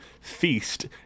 feast